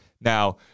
Now